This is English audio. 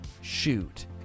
shoot